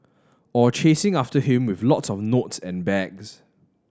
or chasing after him with lot of note and bags